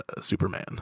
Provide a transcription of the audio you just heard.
Superman